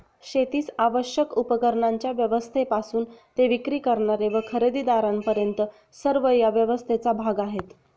शेतीस आवश्यक उपकरणांच्या व्यवस्थेपासून ते विक्री करणारे व खरेदीदारांपर्यंत सर्व या व्यवस्थेचा भाग आहेत